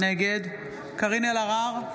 נגד קארין אלהרר,